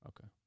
Okay